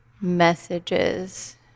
messages